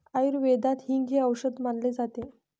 आयुर्वेदात हिंग हे औषध मानले जाते